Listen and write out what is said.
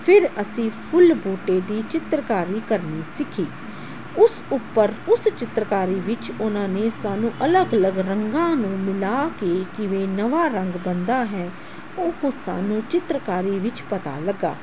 ਫਿਰ ਅਸੀਂ ਫੁੱਲ ਬੂਟੇ ਦੀ ਚਿੱਤਰਕਾਰੀ ਕਰਨੀ ਸਿੱਖੀ ਉਸ ਉੱਪਰ ਉਸ ਚਿੱਤਰਕਾਰੀ ਵਿੱਚ ਉਹਨਾਂ ਨੇ ਸਾਨੂੰ ਅਲੱਗ ਅਲੱਗ ਰੰਗਾਂ ਨੂੰ ਮਿਲਾ ਕੇ ਕਿਵੇਂ ਨਵਾਂ ਰੰਗ ਬਣਦਾ ਹੈ ਉਹ ਸਾਨੂੰ ਚਿੱਤਰਕਾਰੀ ਵਿੱਚ ਪਤਾ ਲੱਗਿਆ